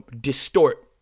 distort